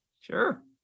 Sure